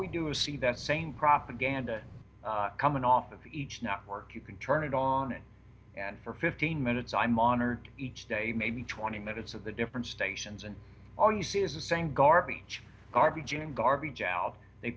we do is see that same propaganda coming off of each not work you can turn it on it and for fifteen minutes i'm honored each day maybe twenty minutes of the different stations and all you see is the same garbage garbage in garbage out they